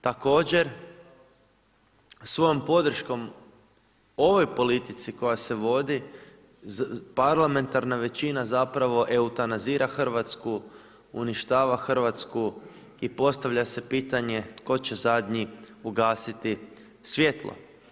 Također, svojom podrškom ovoj politici koja se vodi, parlamentarna većina zapravo eutanazira Hrvatsku, uništava Hrvatsku i postavlja se pitanje tko će zadnji ugasiti svjetlo.